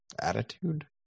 attitude